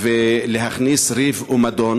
ולהכניס ריב ומדון.